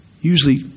Usually